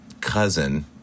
cousin